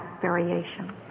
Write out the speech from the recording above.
variation